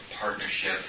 partnership